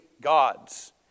gods